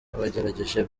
bagerageje